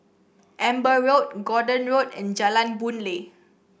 Amber Road Gordon Road and Jalan Boon Lay